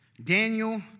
Daniel